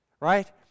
right